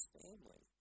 family